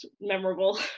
memorable